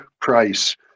price